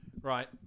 right